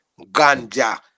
ganja